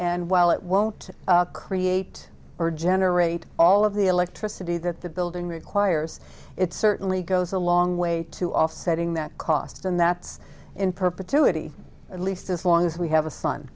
and while it won't create or generate all of the electricity that the building requires it certainly goes a long way to offsetting that cost and that's in perpetuity at least as long as we have a s